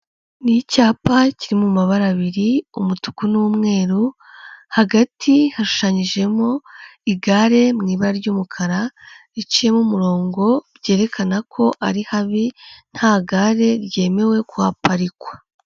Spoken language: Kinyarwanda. Ni icyapa kiri mu mabara abiri umutuku n'umweru, hagati hashushanyijemo igare mu ibara ry'umukara, riciyemo umurongo byerekana ko ari habi, nta gare ryemewe kuhaparikwa.